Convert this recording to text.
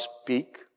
speak